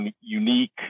unique